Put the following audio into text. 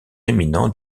éminent